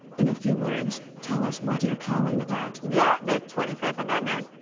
in a few words, tell us what you're calling about. yeah, the twenty fifth amendment?